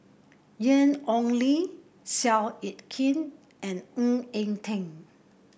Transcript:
Ian Ong Li Seow Yit Kin and Ng Eng Teng